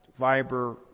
Viber